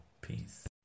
Peace